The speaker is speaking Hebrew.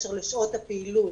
בקשר לשעות הפעילות,